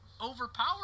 overpower